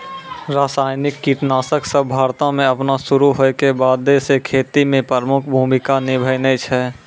रसायनिक कीटनाशक सभ भारतो मे अपनो शुरू होय के बादे से खेती मे प्रमुख भूमिका निभैने छै